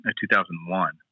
2001